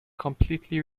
completely